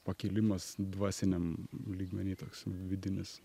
pakilimas dvasiniam lygmeny toks vidinis